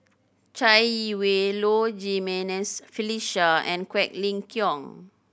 Chai Yee Wei Low Jimenez Felicia and Quek Ling Kiong